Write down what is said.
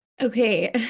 Okay